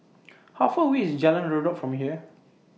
How Far away IS Jalan Redop from here